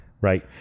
Right